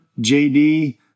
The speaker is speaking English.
JD